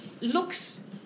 looks